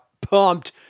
pumped